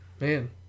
Man